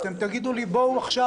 אתם תגידו לי: בואו עכשיו,